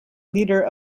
leader